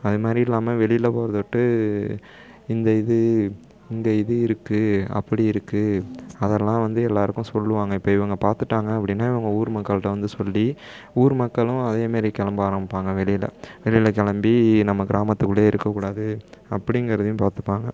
அதுமாதிரி இல்லாமல் வெளியில் போகிறத விட்டு இந்த இது இந்த இது இருக்குது அப்படி இருக்குது அதெல்லாம் வந்து எல்லோருக்கும் சொல்லுவாங்கள் இப்போ இவங் பார்த்துட்டாங்க அப்படினா இவங்க ஊர் மக்கள்கிட்ட வந்து சொல்லி ஊர் மக்களும் அதேமாரி கிளம்ப ஆரம்பிப்பாங்க வெளியில் வெளியில் கிளம்பி நம்ம கிராமத்துக்குள்ளேயே இருக்கறக் கூடாது அப்படிங்கறதையும் பார்த்துப்பாங்க